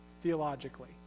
theologically